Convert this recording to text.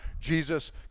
Jesus